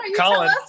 Colin